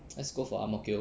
let's go for ang mo kio